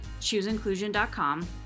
chooseinclusion.com